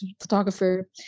photographer